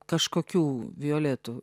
kažkokių violetų